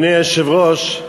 אדוני היושב-ראש,